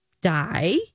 die